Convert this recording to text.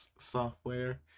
software